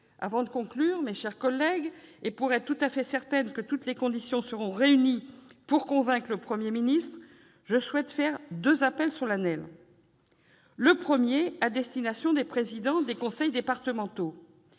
Avant de conclure, mes chers collègues, et pour être absolument certaine que toutes les conditions seront réunies pour convaincre le Premier ministre, je souhaite lancer deux appels solennels. Le premier s'adresse aux présidents des conseils départementaux.